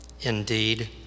Indeed